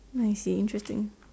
I see interesting